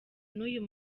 n’uyu